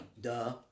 Duh